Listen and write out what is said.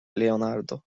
leonardo